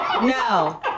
No